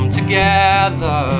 together